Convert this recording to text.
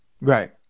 Right